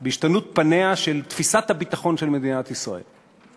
השתנות פניה של תפיסת הביטחון במדינת ישראל,